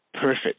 perfect